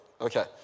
Okay